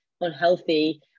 unhealthy